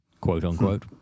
quote-unquote